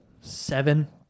seven